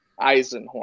Eisenhorn